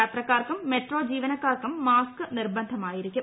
യാത്രക്കാർക്കും മെട്രോ ജീവനക്കാർക്കും മാസ്ക് നിർബന്ധമായിരിക്കും